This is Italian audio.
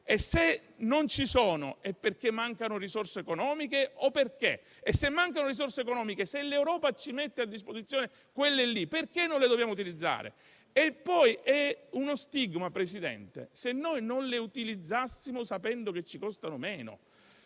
E se non ci sono, è perché mancano risorse economiche, o altro? E se mancano risorse economiche e l'Europa ci mette a disposizione quelle, perché non le dobbiamo utilizzare? Signor Presidente, sarebbe uno stigma se non le utilizzassimo sapendo che ci costano meno;